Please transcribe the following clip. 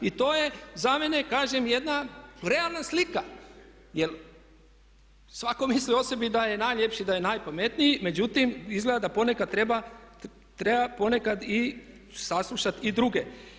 I to je za mene kažem jedna realna slika, jer svatko misli o sebi da je najljepši, da je najpametniji međutim izgleda da ponekad treba i saslušati i druge.